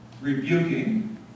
rebuking